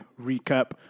recap